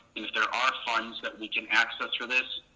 and if there are funds that we can access for this,